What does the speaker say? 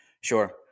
Sure